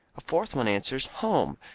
a fourth one answers, home.